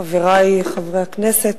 חברי חברי הכנסת,